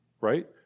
Right